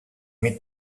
meet